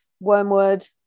wormwood